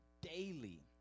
daily